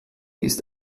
ist